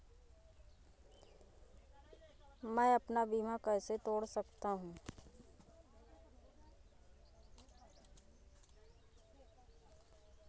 मैं अपना बीमा कैसे तोड़ सकता हूँ?